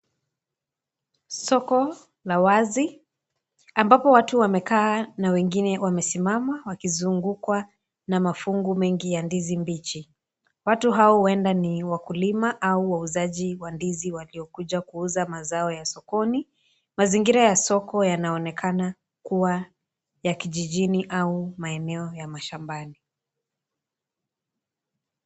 Soko la wazi ambapo watu wamekaa na wengine wamesimama wakizungukwa na mafungu mengi ya ndizi mbichi. Watu hao huenda ni wakulima au wauzaji wa ndizi waliokuja kuuza mazao yao ya sokoni ,mazingira ya sokoni yanaonekana kuwa ya kijijini au maeneo ya mashambani.